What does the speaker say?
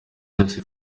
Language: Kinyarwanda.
yose